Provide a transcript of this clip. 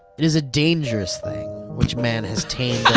it is a dangerous thing, which man has tamed